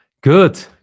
good